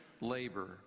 labor